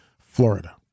Florida